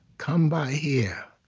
come by here.